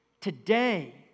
today